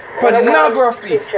pornography